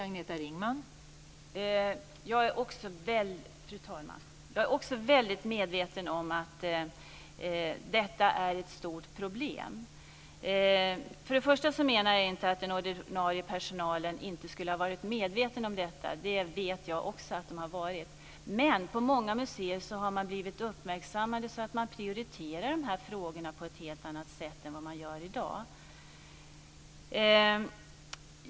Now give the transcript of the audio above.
Fru talman! Jag är också väldigt medveten om att detta är ett stort problem. Först och främst menar jag inte att den ordinarie personalen inte skulle ha varit medveten om detta. Det vet jag också att den har varit. Men på många museer har man fått uppmärksamheten riktad på detta, så att man prioriterar de här frågorna på ett helt annat sätt i dag.